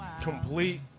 complete